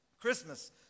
Christmas